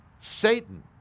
Satan